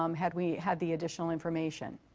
um had we had the additional information.